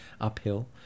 uphill